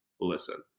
listen